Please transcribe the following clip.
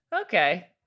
Okay